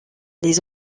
les